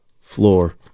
floor